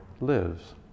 lives